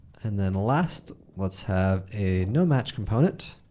and then last, let's have a nomatch component.